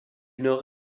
nord